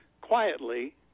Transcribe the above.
quietly